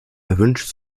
erwünscht